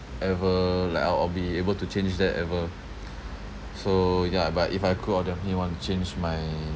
ever like I'll I'll be able to change that ever so ya but if I could I'll definitely want to change my